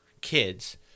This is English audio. kids